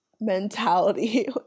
mentality